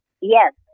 Yes